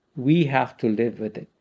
we have to live with it.